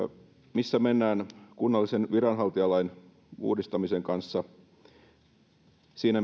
missä mennään kunnallisen viranhaltijalain uudistamisen kanssa siinä